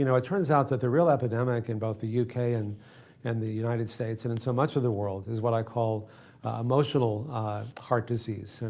you know it turns out that the real epidemic in both the yeah uk and and the united states and and so much of the world is what i call emotional heart disease,